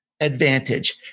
advantage